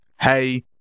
Hey